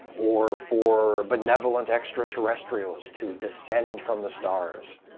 or for benevolent extraterrestrials to descend from the stars.